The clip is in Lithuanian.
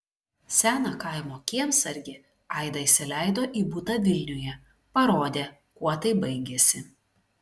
seną kaimo kiemsargį aida įsileido į butą vilniuje parodė kuo tai baigėsi